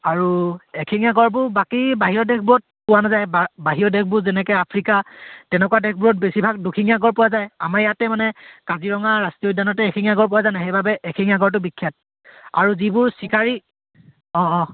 আৰু এশিঙীয়া গঁড়বোৰ বাকী বাহিৰৰ দেশবোৰত পোৱা নাযায় বা বাহিৰৰ দেশবোৰ যেনেকৈ আফ্ৰিকা তেনেকুৱা দেশবোৰত বেছিভাগ দুশিঙীয়া গঁড় পোৱা যায় আমাৰ ইয়াতে মানে কাজিৰঙা ৰাষ্ট্ৰীয় উদ্যানতে এশিঙীয়া গঁড় পোৱা যায়নে সেইবাবে এশিঙীয়া গঁড়টো বিখ্যাত আৰু যিবোৰ চিকাৰী অঁ অঁ